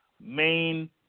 main